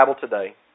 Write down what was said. today